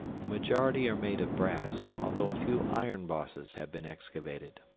the majority are made of brass, although a few iron bosses have been excavated.